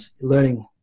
learning